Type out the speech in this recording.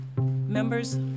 Members